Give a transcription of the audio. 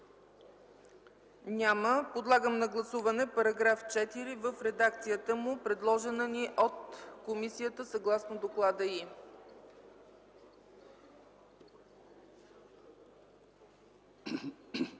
Няма. Подлагам на гласуване § 4 в редакцията му, предложена ни от комисията, съгласно доклада й.